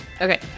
Okay